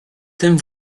tym